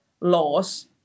laws